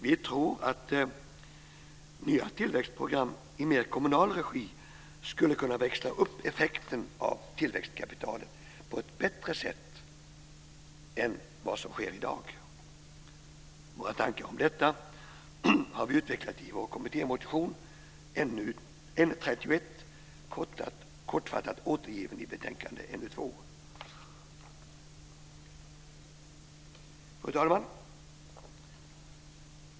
Vi tror att nya tillväxtprogram i mer kommunal regi skulle kunna växla upp effekten av tillväxtkapitalet på ett bättre sätt än vad som sker i dag. Våra tankar om detta har vi utvecklat i vår kommittémotion N31, kortfattat återgiven i betänkande NU2. Fru talman!